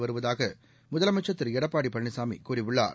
வருவதாக முதலமைச்சா் திரு எடப்பாடி பழனிசாமி கூறியுள்ளார்